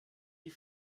die